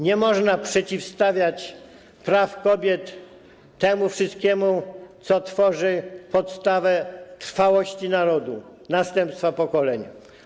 Nie można przeciwstawiać praw kobiet temu wszystkiemu, co tworzy podstawę trwałości narodu, następstwa pokolenia.